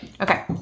Okay